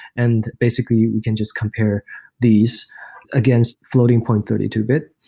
and basically you we can just compare these against floating-point thirty two bit,